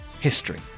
history